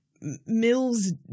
Mills